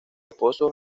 esposos